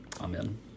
Amen